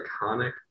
iconic